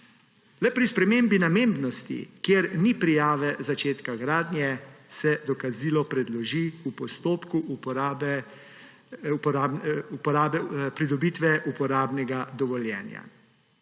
Le pri spremembi namembnosti, kjer ni prijave začetka gradnje, se dokazilo predloži v postopku pridobitve uporabnega dovoljenja.